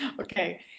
Okay